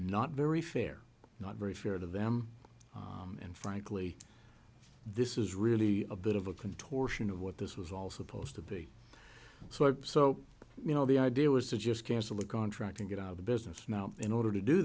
not very fair not very fair to them and frankly this is really a bit of a contortion of what this was all supposed to be so so you know the idea was to just cancel the contract and get out of the business now in order to do